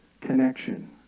connection